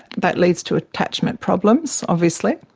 that leads to attachment problems obviously.